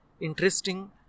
interesting